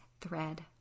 thread